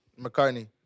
McCartney